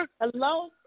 Hello